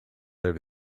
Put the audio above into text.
over